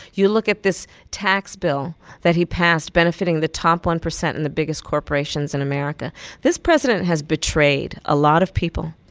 you look at this tax bill that he passed benefiting the top one percent in the biggest corporations in america this president has betrayed a lot of people.